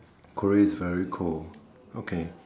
Korea's very cold okay